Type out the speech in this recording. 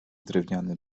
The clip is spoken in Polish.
drewniany